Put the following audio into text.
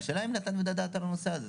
השאלה היא אם נתנו את הדעת על הנושא הזה,